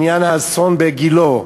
האסון בגילה,